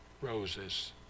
roses